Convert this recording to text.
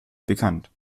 bekannt